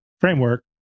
framework